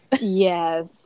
Yes